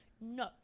no